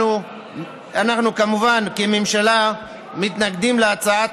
אנחנו, כמובן, כממשלה מתנגדים להצעת